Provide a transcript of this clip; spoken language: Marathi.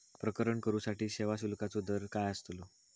प्रकरण करूसाठी सेवा शुल्काचो दर काय अस्तलो?